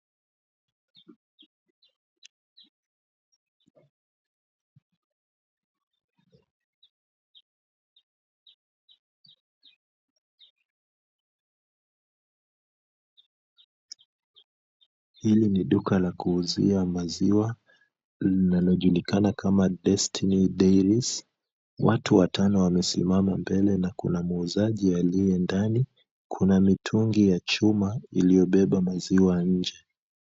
Hili ni duka la kuuzia maziwa linalojulikana kama Destiny Dairies, watu watano wamesimama mbele na kuna muuzaji aliye ndani, kuna mitungi ya chuma iliyobeba maziwa nje.